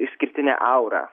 išskirtinę aurą